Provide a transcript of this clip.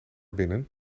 binnen